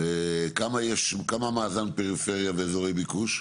כמה מאזן פריפריה ואזורי ביקוש?